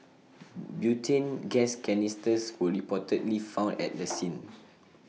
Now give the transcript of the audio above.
butane gas canisters were reportedly found at the scene